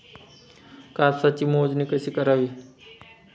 कापसाची मोजणी कशी करावी?